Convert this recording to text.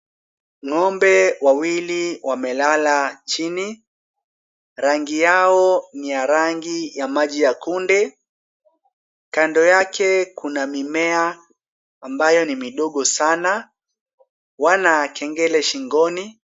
Ng'ombe wawili wamelala chini. Rangi yao ni ya rangi ya maji ya kunde. Kando yake kuna mimea ambayo ni midogo sana, wana kengele shingoni.